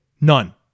None